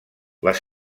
les